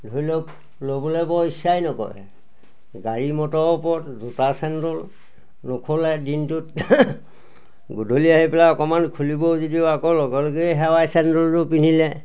ধৰি লওক ল'বলৈ বৰ ইচ্ছাই নকৰে গাড়ী মটৰৰ ওপৰত জুতা চেণ্ডেল নুখুলে দিনটোত গধূলি আহি পেলাই অকণমান খুলিব যদিও আকৌ লগে লগে সেৱাই চেণ্ডেলযোৰ পিন্ধিলে